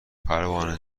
پروانه